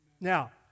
Now